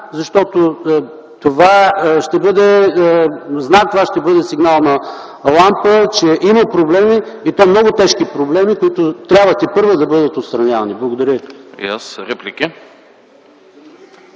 знак. Това ще бъде знак, това ще бъде сигнална лампа, че има проблеми и то много тежки проблеми, които трябва тепърва да бъдат отстранявани. Благодаря